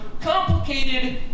complicated